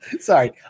Sorry